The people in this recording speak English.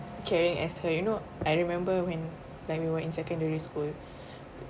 caring as her you know I remember when like we were in secondary school